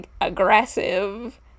aggressive